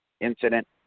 Incident